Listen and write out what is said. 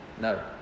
No